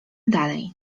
dalej